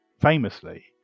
famously